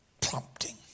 prompting